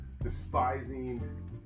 despising